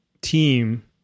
team